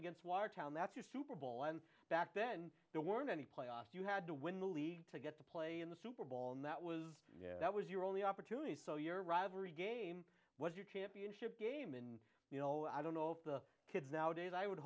against watertown that's a super bowl and back then there weren't any playoffs you had to win the league to get to play in the super bowl and that was that was your only opportunity so your rivalry game was your championship game and you know i don't know if the kids nowadays i would